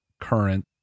current